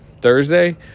Thursday